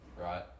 right